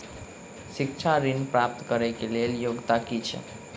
शिक्षा ऋण प्राप्त करऽ कऽ लेल योग्यता की छई?